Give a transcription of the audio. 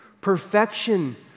Perfection